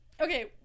Okay